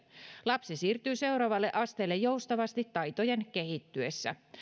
lapsi siirtyy seuraavalle asteelle joustavasti taitojen kehittyessä